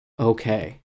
Okay